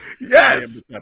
Yes